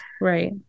Right